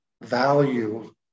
value